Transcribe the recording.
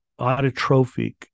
autotrophic